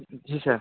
जी sir